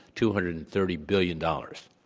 two hundred and thirty billion dollars.